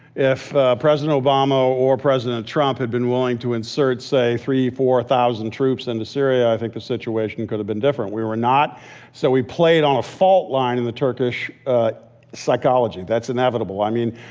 if ah president obama or president trump had been willing to insert say three thousand, four thousand troops into syria i think the situation could've been different. we were not so, we played on a fault line in the turkish psychology. that's inevitable. i mean,